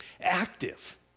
Active